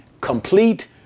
complete